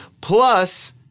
Plus